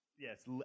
Yes